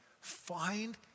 find